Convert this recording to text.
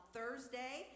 Thursday